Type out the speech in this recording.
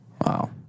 Wow